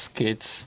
kids